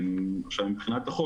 מבחינת החוק,